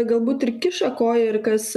galbūt ir kiša koją ir kas